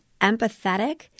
empathetic